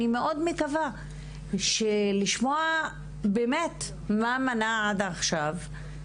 אני מאוד מקווה לשמוע מה באמת מנע עד עכשיו את יישומו.